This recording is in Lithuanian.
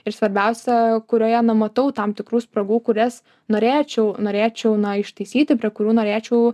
ir svarbiausia kurioje na matau tam tikrų spragų kurias norėčiau norėčiau na ištaisyti prie kurių norėčiau